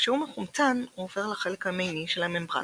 כשהוא מחומצן הוא עובר לחלק המימי של הממברנה,